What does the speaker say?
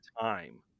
time